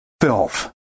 filth